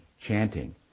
chanting